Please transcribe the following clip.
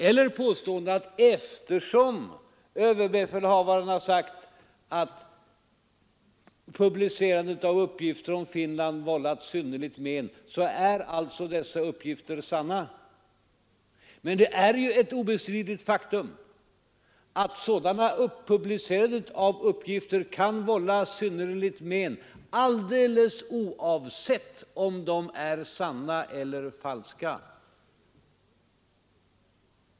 Eller ta påståendet att eftersom överbefälhavaren sagt att publicerandet av uppgifter om Finland vållat synnerligt men, så är dessa uppgifter sanna. Men det är ju ett ostridigt faktum att sådant publicerande av uppgifter kan vålla synnerligt men alldeles oavsett om de är sanna eller falska.